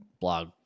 blog